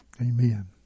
Amen